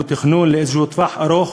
הוא תכנון לאיזה טווח ארוך,